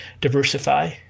diversify